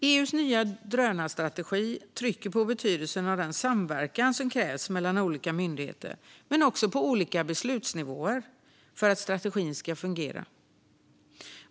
EU:s nya drönarstrategi trycker på betydelsen av den samverkan som krävs mellan olika myndigheter men också på olika beslutsnivåer för att strategin ska fungera.